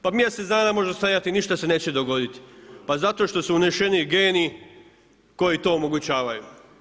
Pa mjesec dana može stajati ništa se neće dogoditi, pa zato što su unešeni geni koji to omogućavaju.